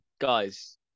guys